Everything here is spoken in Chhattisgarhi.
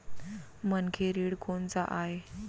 मनखे ऋण कोन स आय?